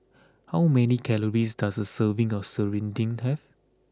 how many calories does a serving of Serunding have